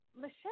Michelle